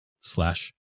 slash